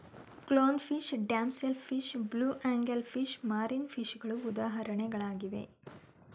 clown fish, damsel fish, blue angel fish, marine ಫಿಷಗಳು ಉದಾಹರಣೆಗಳಾಗಿವೆ